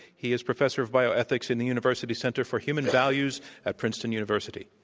he is professor of bioethics in the university center for human values at princeton university.